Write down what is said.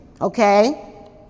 Okay